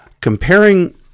Comparing